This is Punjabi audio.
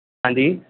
ਹਾਂਜੀ